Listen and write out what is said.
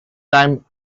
time